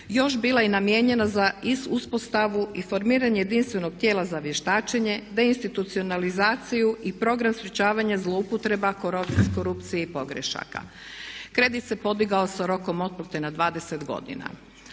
još bila i namijenjena za uspostavu i formiranje jedinstvenog tijela za vještačenje, deinstitucionalizaciju i program sprečavanja zloupotrebe korupcije i pogrešaka. Kredit se podigao s rokom otplate na 20 godina.